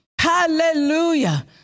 Hallelujah